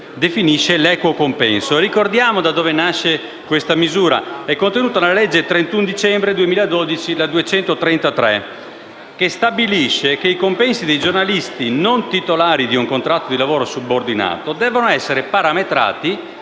definisce l'equo compenso. Ricordiamo da dove nasce questa misura. Essa è contenuta nella legge 31 dicembre 2012, n. 233, che stabilisce che i compensi dei giornalisti non titolari di un contratto di lavoro subordinato devono essere parametrati